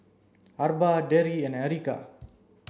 Arba Darry and Erica